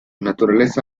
naturaleza